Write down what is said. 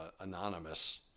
anonymous